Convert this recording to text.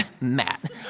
Matt